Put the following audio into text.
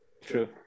true